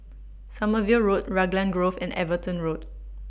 Sommerville Road Raglan Grove and Everton Road